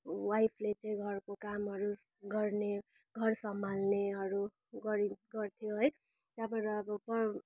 वाइफले चाहिँ घरको कामहरू गर्ने घर सम्हाल्नेहरू गरी गर्थ्यो है त्यहाँबाट अब